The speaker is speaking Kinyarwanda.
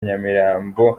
nyamirambo